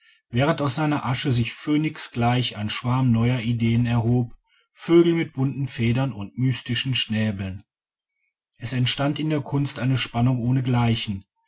während aus seiner asche sich phönixgleich ein schwarm neuer ideen erhob vögel mit bunten federn und mystischen schnäbeln es entstand in der kunst eine spannung